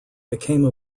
became